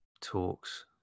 talks